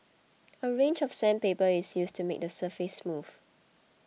a range of sandpaper is used to make the surface smooth